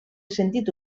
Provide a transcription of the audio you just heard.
sentit